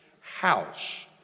house